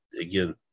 again